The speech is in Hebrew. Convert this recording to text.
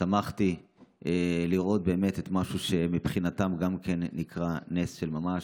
ושמחתי לראות באמת משהו שגם מבחינתם נקרא נס של ממש.